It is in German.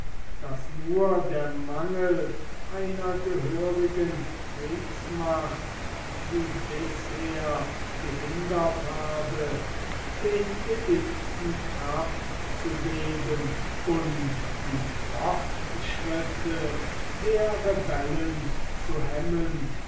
daß nur der mangel einer gehörigen kriegsmacht sie bisher gehindert habe den edikten kraft zu geben und die fortschritte der rebellen zu hemmen